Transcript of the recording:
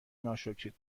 ناشکرید